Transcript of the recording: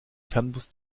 fernbus